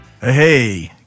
Hey